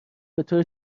بطور